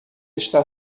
está